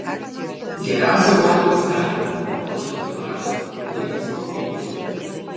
geriausia uogomis skaninti košę ir varškę darytis kokteilius